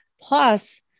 Plus